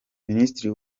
ministiri